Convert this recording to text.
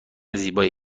زیبایی